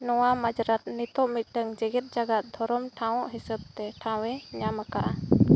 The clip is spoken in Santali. ᱱᱚᱣᱟ ᱢᱟᱡᱽᱨᱟᱫ ᱱᱤᱛᱳᱜ ᱢᱤᱫᱴᱟᱝ ᱡᱮᱜᱮᱛ ᱡᱟᱠᱟᱛ ᱫᱷᱚᱨᱚᱢ ᱴᱷᱟᱶ ᱦᱤᱥᱟᱹᱵᱽᱛᱮ ᱴᱷᱟᱶ ᱮ ᱧᱟᱢ ᱟᱠᱟᱫᱼᱟ